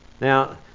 Now